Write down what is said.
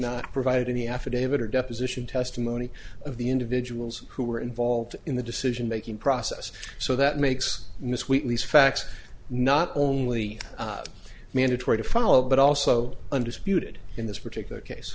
not provided any affidavit or deposition testimony of the individuals who were involved in the decision making process so that makes miss wheatley's facts not only mandatory to follow but also undisputed in this particular case